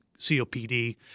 COPD